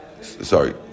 Sorry